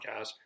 podcast